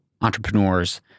entrepreneurs